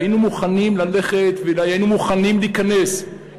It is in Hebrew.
והיינו מוכנים ללכת, והיינו מוכנים להיכנס.